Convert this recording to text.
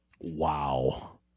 Wow